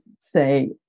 say